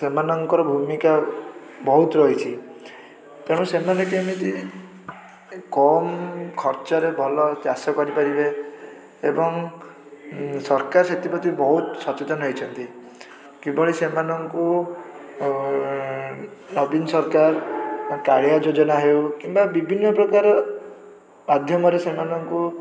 ସେମାନଙ୍କର ଭୂମିକା ବହୁତ ରହିଛି ତେଣୁ ସେମାନେ କେମିତି ଏ କମ୍ ଖର୍ଚ୍ଚରେ ଭଲ ଚାଷ କରିପାରିବେ ଏବଂ ସରକାର ସେଥିପ୍ରତି ବହୁତ ସଚେତନ ହେଇଛନ୍ତି କିଭଳି ସେମାନଙ୍କୁ ନବୀନ ସରକାର ବା କାଳିଆ ଯୋଜନା ହେଉ କିମ୍ବା ବିଭିନ୍ନପ୍ରକାର ମାଧ୍ୟମରେ ସେମାନଙ୍କୁ